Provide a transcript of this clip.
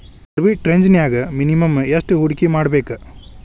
ಆರ್ಬಿಟ್ರೆಜ್ನ್ಯಾಗ್ ಮಿನಿಮಮ್ ಯೆಷ್ಟ್ ಹೂಡ್ಕಿಮಾಡ್ಬೇಕ್?